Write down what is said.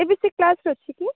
ଏବେ ସେ କ୍ଲାସ୍ ରେ ଅଛି କି